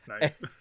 Nice